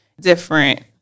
different